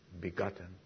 begotten